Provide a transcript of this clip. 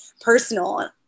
personal